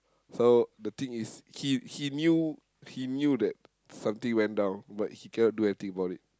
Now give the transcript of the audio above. so the thing is he he knew he knew that something went down but he cannot do anything about it